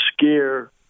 scare